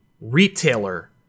retailer